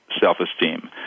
self-esteem